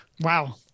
Wow